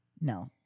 No